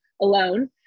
alone